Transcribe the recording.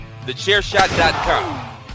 TheChairShot.com